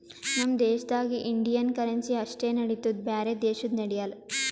ನಮ್ ದೇಶದಾಗ್ Indian currency ಅಷ್ಟೇ ನಡಿತ್ತುದ್ ಬ್ಯಾರೆ ದೇಶದು ನಡ್ಯಾಲ್